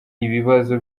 ibibazo